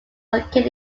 located